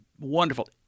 wonderful